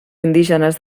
indígenes